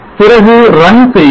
பிறகு run செய்யுங்கள்